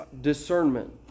discernment